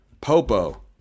popo